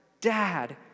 Dad